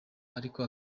ariko